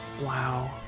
Wow